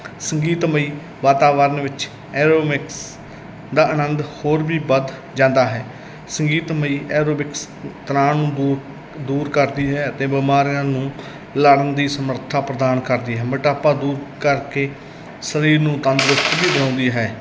ਸੰਗੀਤਮਈ ਵਾਤਾਵਰਨ ਵਿੱਚ ਐਰੋਮਿਕਸ ਦਾ ਆਨੰਦ ਹੋਰ ਵੀ ਵੱਧ ਜਾਂਦਾ ਹੈ ਸੰਗੀਤਮਈ ਐਰੋਬਿਕਸ ਤਣਾਅ ਨੂੰ ਦੂਰ ਦੂਰ ਕਰਦੀ ਹੈ ਅਤੇ ਬਿਮਾਰੀਆਂ ਨੂੰ ਲੜਨ ਦੀ ਸਮਰੱਥਾ ਪ੍ਰਦਾਨ ਕਰਦੀ ਹੈ ਮੋਟਾਪਾ ਦੂਰ ਕਰਕੇ ਸਰੀਰ ਨੂੰ ਤੰਦਰੁਸਤ ਵੀ ਬਣਾਉਂਦੀ ਹੈ